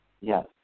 yes